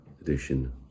edition